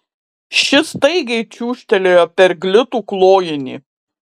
ši staigiai čiūžtelėjo per glitų klojinį